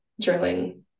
drilling